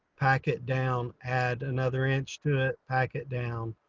pack it down add another inch to it, pack it down,